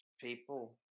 people